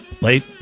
Late